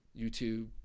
youtube